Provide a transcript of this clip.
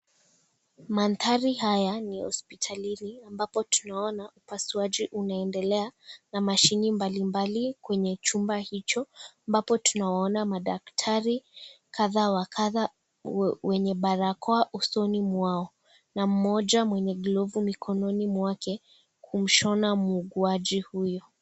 Mandhari haya ni hospitalini ambapo tunaona upasuaji unaendelea na mashini mbalimbli kwenye chumba hicho ambapo tunawaona madaktari kadha wa akadha wenye barakoa usoni mwao na mmoja mwenye glovu mikononi mwake kumshona muuguaji huyo.